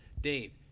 Dave